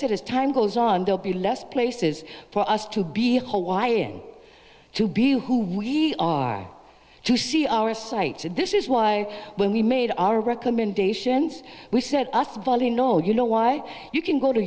said as time goes on they'll be less places for us to be whole lying to be who we are to see our sights and this is why when we made our recommendations we said us bali no you know why you can go to